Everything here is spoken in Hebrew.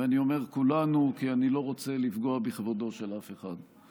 ואני אומר כולנו כי אני לא רוצה לפגוע בכבודו של אף אחד,